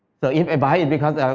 so, if i buy it because